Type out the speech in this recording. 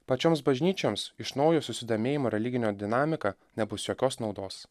pačioms bažnyčioms iš naujo susidomėjimo religine dinamika nebus jokios naudos